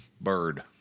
bird